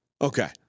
Okay